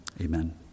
amen